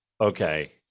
okay